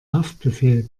haftbefehl